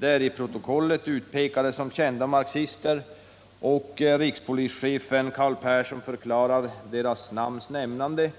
De är i protokollet utpekade som ”kända marxister” och rikspolischefen Carl Persson förklarar deras namns nämnande